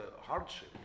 hardship